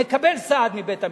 נקבל סעד מבית-המשפט.